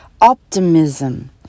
optimism